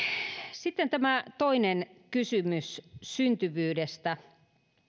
sitten tämä toinen kysymys syntyvyydestä